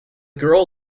girl